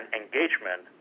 engagement